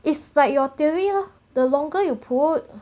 it's like your theory lah the longer you put